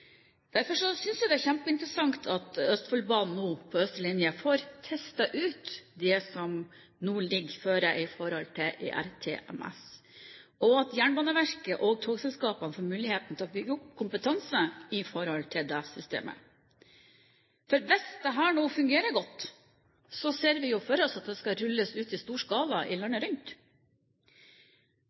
Derfor synes jeg det er kjempeinteressant at Østfoldbanen på østre linje nå får testet ut det som ligger der i forhold til ERTMS, og at Jernbaneverket og togselskapene får muligheten til å bygge opp kompetanse i forhold til det systemet. Hvis dette nå fungerer godt, ser vi for oss at det skal rulles ut i stor skala landet rundt.